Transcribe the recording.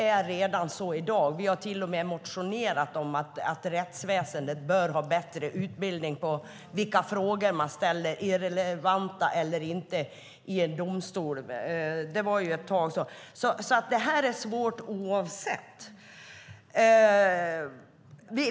Vi har till och med motionerat om att rättsväsendet bör ha bättre utbildning på vilka frågor de ställer, relevanta eller inte, i en domstol. Detta är svårt oavsett hur det blir.